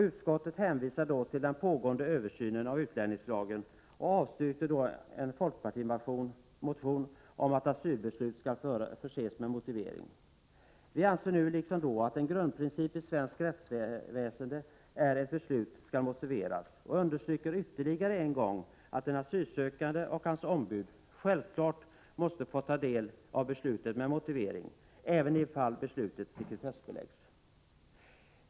Utskottet hänvisade då till den pågående översynen av utlänningslagen och avstyrkte en folkpartimotion om att asylbeslut skall förses med motivering. Vi anser nu liksom då att en grundprincip i svenskt rättsväsende är att beslut skall motiveras och understryker ytterligare en gång att en asylsökande och hans ombud självklart måste få ta del av beslutet med motivering, även i de fall beslutet sekretessbeläggs.